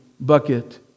bucket